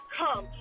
come